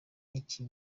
iki